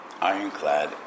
ironclad